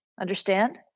Understand